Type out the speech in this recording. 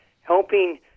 helping